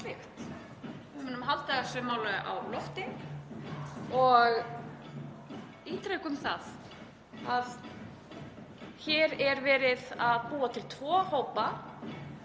Við munum halda þessu máli á lofti og ítrekum það að hér er verið að búa til tvo hópa